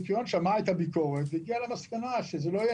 הדירקטוריון שמע את הביקורת והגיע למסקנה שלא יהיה